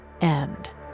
end